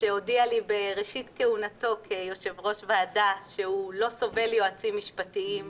שהודיע לי בראשית כהונתו כיושב-ראש ועדה שהוא לא סובל יועצים משפטיים,